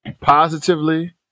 positively